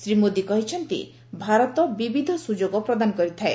ଶ୍ରୀ ମୋଦୀ କହିଛନ୍ତି ଭାରତ ବିବିଧ ସୁଯୋଗ ପ୍ରଦାନ କରିଥାଏ